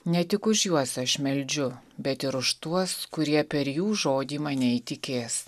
ne tik už juos aš meldžiu bet ir už tuos kurie per jų žodį mane įtikės